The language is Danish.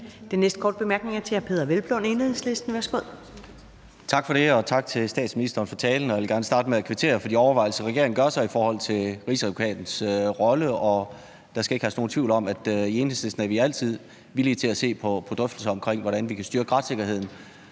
Den næste korte bemærkning er fra hr. Peder Hvelplund, Enhedslisten. Værsgo. Kl. 22:10 Peder Hvelplund (EL) : Tak for det. Og tak til statsministeren for talen. Jeg vil gerne starte med at kvittere for de overvejelser, regeringen gør sig i forhold til Rigsadvokatens rolle. Der skal ikke herske nogen tvivl om, at vi i Enhedslisten altid er villig til at se på drøftelser af, hvordan vi kan styrke retssikkerheden